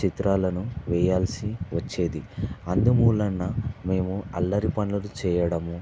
చిత్రాలను వేయాల్సివచ్చేది అందుమూలన మేము అల్లరి పనులు చేయడము